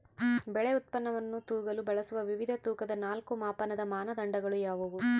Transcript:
ಬೆಳೆ ಉತ್ಪನ್ನವನ್ನು ತೂಗಲು ಬಳಸುವ ವಿವಿಧ ತೂಕದ ನಾಲ್ಕು ಮಾಪನದ ಮಾನದಂಡಗಳು ಯಾವುವು?